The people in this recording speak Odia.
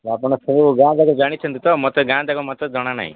ଆପଣ ଫୁଲ୍ ଗାଁ ଯାକ ଜାଣିଛନ୍ତି ତ ମୋତେ ଗାଁ ଯାକ ମୋତେ ଜଣାନାହିଁ